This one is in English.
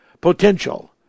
potential